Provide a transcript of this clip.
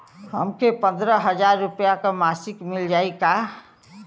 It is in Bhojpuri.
हमके पन्द्रह हजार रूपया क मासिक मिल जाई का?